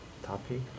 topic